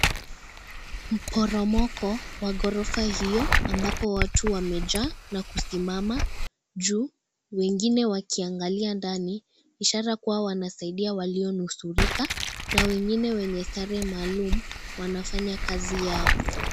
Mporomoko wa ghorofa hiyo ambapo watu wamejaa na kusimama juu. Wengine wakiangalia ndani, ishara kuwa wanasaidia walionusurika na wengine wenye sare maalum wanafanya kazi yao.